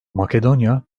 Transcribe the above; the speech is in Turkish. makedonya